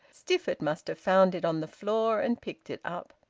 stifford must have found it on the floor and picked it up.